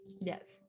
yes